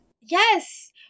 Yes